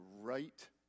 right